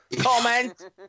Comment